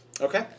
Okay